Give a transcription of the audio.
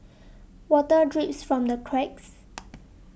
water drips from the cracks